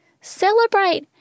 Celebrate